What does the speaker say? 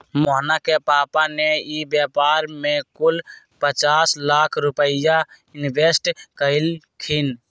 मोहना के पापा ने ई व्यापार में कुल पचास लाख रुपईया इन्वेस्ट कइल खिन